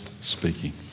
speaking